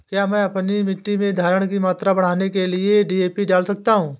क्या मैं अपनी मिट्टी में धारण की मात्रा बढ़ाने के लिए डी.ए.पी डाल सकता हूँ?